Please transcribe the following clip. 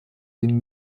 den